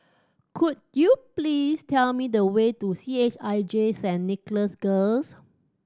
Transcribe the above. could you please tell me the way to C H I J Saint Nicholas Girls